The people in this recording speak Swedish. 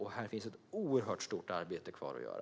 Här finns ett oerhört stort arbete kvar att göra.